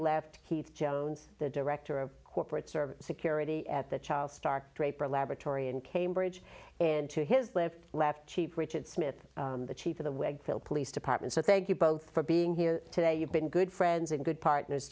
left heath jones the director of corporate server security at the child star draper laboratory in cambridge and to his left left cheap richard smith the chief of the wagtail police department so thank you both for being here today you've been good friends and good partners